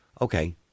Okay